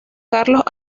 carlos